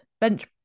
bench